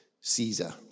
Caesar